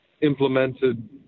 implemented